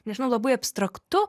nežinau labai abstraktu